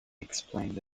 explained